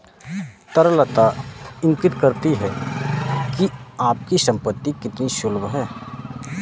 तरलता इंगित करती है कि आपकी संपत्ति कितनी सुलभ है